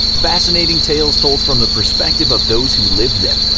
fascinating tales told from the perspective of those who lived them.